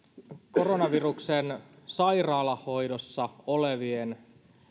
koronaviruksen sairaalahoidossa olevien